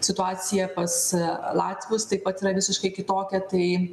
situacija pas latvius taip pat yra visiškai kitokia tai